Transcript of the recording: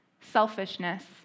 selfishness